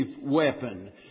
weapon